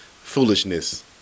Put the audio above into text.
foolishness